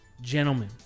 gentlemen